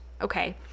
Okay